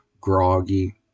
groggy